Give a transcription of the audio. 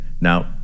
Now